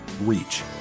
reach